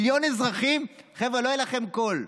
מיליון אזרחים, חבר'ה, לא יהיה לכם קול.